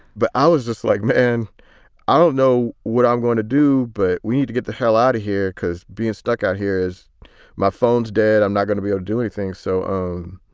but i was just like and i don't know what i'm going to do. but we need to get the hell out of here, because being stuck out here is my phone's dead. i'm not going to be doing things. so um